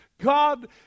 God